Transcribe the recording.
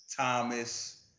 Thomas